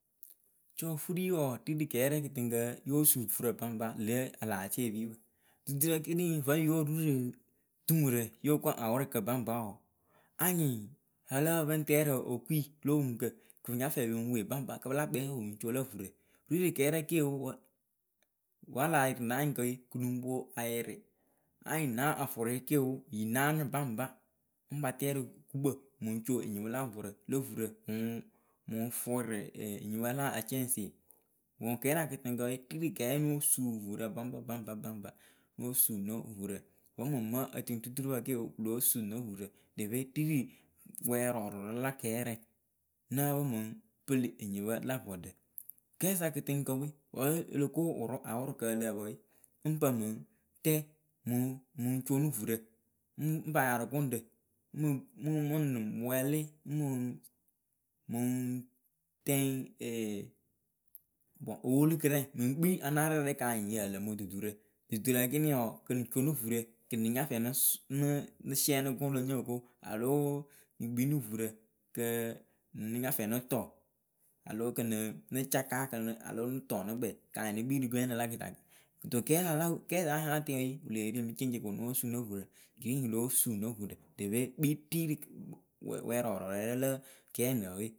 Cɔfuri wɔɔ rirɨ krɛ kɨtɨŋkǝ yoo suu vurǝ baŋpa lǝ alaatiepipǝ duturǝ ekiniŋ vǝŋ yoo rurɨ dumurǝ yooko awʊrʊkǝ baŋba wɔɔ anyɩŋ la lǝ́ǝ pǝ mɨŋ tɛrǝ okui lo oŋuŋkǝ kǝ pɨ nya fɛ pɨŋ wee baŋba kɨ pɨ la kpɛwe wɨŋ co vurǝ. Rirɨ krɛ ke oo wǝ wala yɩrɩ na anyɩŋkǝwe kǝ lɨŋ poŋ ayɩrɩ anyɩŋ na afʊrɩ keo yɨ naanɨ baŋba ŋ batɛrɨ gukpǝ mɨŋ co enyipǝ lo vɔrǝ lo vurǝ ɨŋ mɨŋ fʊrɩ enyipala acɛŋsɩ ŋwɨ ksakɨtɨŋkǝ we, rirɨ k nóo suu vurǝ baŋba baŋba baŋba Nóo suu no vurǝ wǝ mɨŋ mɨtɨŋ tuturupǝ ke oo pɨ lóo suu no vurǝ ɖope rirɨ wɛrɔɔrǝ la krɛŋ nǝ́ǝ pɨ mɨŋ pɨlɨ enyipǝ la vɔɖǝ. Ksa kɨtɨŋkǝ we wǝ oloko wʊrʊ awʊrʊkǝ ǝ lǝ́ǝ pǝ we ŋ pǝ mɨŋ tɛ mɨŋ co nɨ vurǝ ŋ ba ya rɨ gʊŋrǝ ŋ ŋ ŋ wlɩ ŋ mǝ mɨŋ tɛŋ bɔŋ owoolukɨrɛ mɨŋ kpii anarɩrɛ kanyɩŋ yǝ lǝǝmɨ duturǝ duturǝ ekeniŋ wɔɔ kɨŋ co nɨ vurǝ kǝ nɨ nya fɛ nɨ sɩɛnɩ gʊŋɖɨwe nyóo ko aloo ŋ kpii nɨ vurɨ kǝ nɨ nɨ nya fɛ nɨ tɔ aloo kɨ nɨ caka aloo nɨ tɔnɨkpɛ kanyɩ nɨ kpii rɨ gbɛŋɖǝ lakɨtakǝ Kɨto ksa la ksa ya yaatɛŋ we, wɨ lee ri mɨ ceŋceŋ ko nóo suu no vurǝ ɖo pe kpii ri rɨ wrɔrɔɔrɨ rɛŋ la k ŋ lǝǝwe.